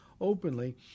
Openly